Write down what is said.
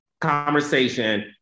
conversation